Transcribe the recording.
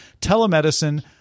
telemedicine